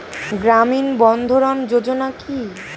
গ্রামীণ বন্ধরন যোজনা কি?